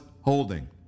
holding